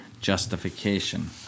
justification